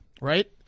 Right